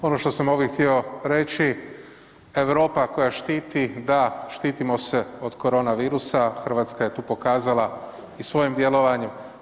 Ono što sam ovdje htio reći, Europa koja štiti, da, štitimo se od korona virusa, Hrvatska je tu pokazala i svojim djelovanje.